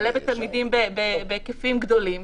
מלא בתלמידים בהיקפים גדולים,